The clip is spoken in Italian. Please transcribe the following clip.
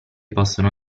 possono